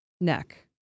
neck